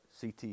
CT